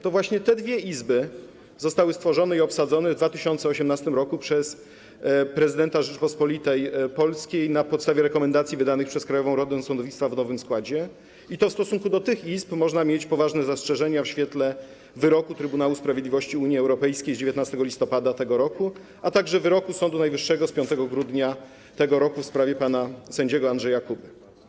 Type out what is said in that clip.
To właśnie te dwie izby zostały stworzone i obsadzone w 2018 r. przez prezydenta Rzeczypospolitej Polskiej na podstawie rekomendacji wydanych przez Krajową Radę Sądownictwa w nowym składzie i to w stosunku do tych izb można mieć poważne zastrzeżenia w świetle wyroku Trybunały Sprawiedliwości Unii Europejskiej z 19 listopada tego roku, a także wyroku Sądu Najwyższego z 5 grudnia tego roku w sprawie pana sędziego Andrzeja Kuby.